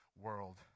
world